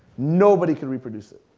nobody could reproduce it.